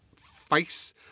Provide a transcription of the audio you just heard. face